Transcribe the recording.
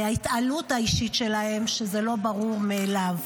ההתעלות האישית שלהם, שזה לא ברור מאליו.